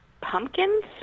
pumpkins